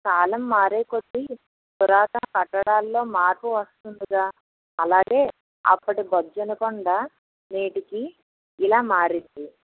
కాలం మారే కొద్ది పురాతన కట్టడాలలో మార్పు వస్తుందిగా అలాగే అప్పటి బొజ్జన్న కొండ నేటికి ఇలా మారింది